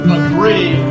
agree